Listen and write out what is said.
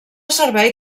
servei